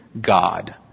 God